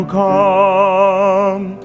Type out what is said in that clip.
come